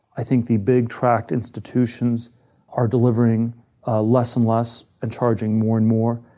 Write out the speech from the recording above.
i think the big tract institutions are delivering ah less and less and charging more and more.